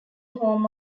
home